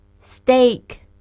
Steak